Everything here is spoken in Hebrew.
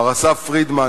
למר אסף פרידמן,